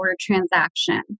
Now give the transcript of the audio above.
transaction